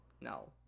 no